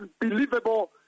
unbelievable